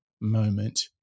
moment